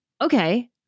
okay